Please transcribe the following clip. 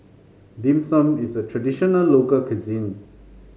Dim Sum is a traditional local cuisine